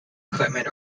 equipment